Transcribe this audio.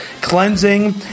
cleansing